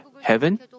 heaven